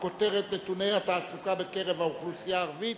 הכותרת: נתוני התעסוקה בקרב האוכלוסייה הערבית,